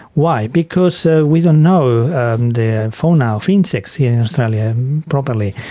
why? because so we don't know the fauna of insects here in australia properly,